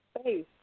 space